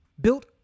built